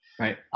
Right